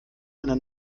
eine